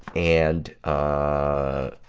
and, ah,